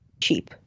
cheap